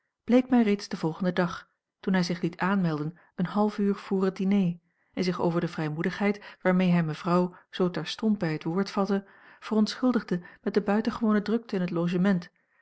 bleek mij reeds den volgenden dag toen hij zich liet aanmelden een half uur vr het diner en zich over de vrijmoedigheid waarmee hij mevrouw zoo terstond bij het woord vatte verontschuldigde met de buitengewone drukte in het logement